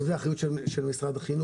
גם השאלה האם זה האחריות של משרד החינוך.